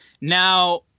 Now